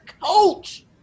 coach